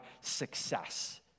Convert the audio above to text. success